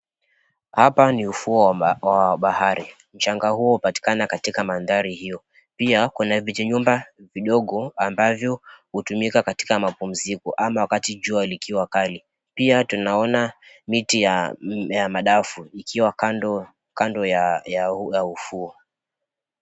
Hapa ni ufuo wa bahari, mchanga huo hupatikana katika mandhari hiyo. Pia kuna vijinyumba vidogo ambavyo hutumika katika mapumziko ama wakati jua likiwa kali. Pia tunaona miti ya madafu ikiwa kando kando ya ufuo.